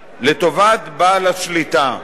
לטובת בעל השליטה.